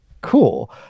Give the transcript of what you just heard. cool